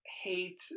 hate